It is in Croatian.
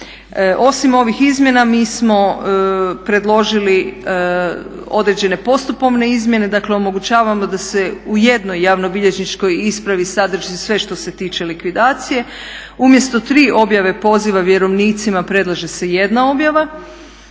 Osim ovih izmjena mi smo predložili određene postupovne izmjene, dakle omogućavamo da se u jednoj javnobilježničkoj ispravi sadrži sve što se tiče likvidacije, umjesto tri objave poziva vjerovnicima predlaže se jedna objava.